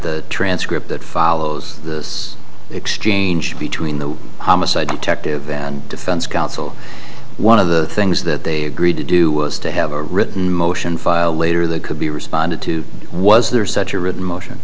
the transcript that follows this exchange between the homicide detective and defense counsel one of the things that they agreed to do was to have a written motion filed later that could be responded to was there such a written motion